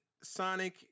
Sonic